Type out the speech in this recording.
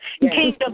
Kingdom